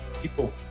People